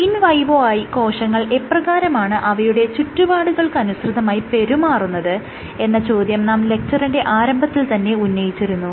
in വൈവോയായി കോശങ്ങൾ എപ്രകാരമാണ് അവയുടെ ചുറ്റുപാടുകൾക്കനുസൃതമായി പെരുമാറുന്നത് എന്ന ചോദ്യം നാം ലെക്ച്ചറിന്റെ ആരംഭത്തിൽ തന്നെ ഉന്നയിച്ചിരുന്നു